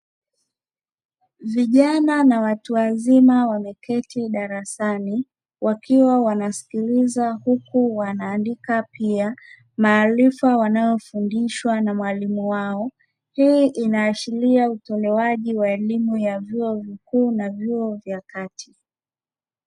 Vijana na watu wazima wameketi darasani wakiwa wanasikiliza huku wanaandika pia maarifa wanayofundishwa na mwalimu wao; hii inaashiria utoleeaji wa elimu ya vyuo vikuu na vyuo vya kati.